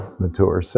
mature